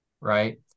right